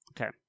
Okay